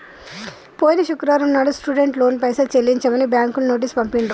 పోయిన శుక్రవారం నాడు స్టూడెంట్ లోన్ పైసలు చెల్లించమని బ్యాంకులు నోటీసు పంపిండ్రు